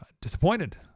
disappointed